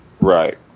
Right